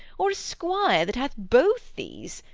or a squire that hath both these,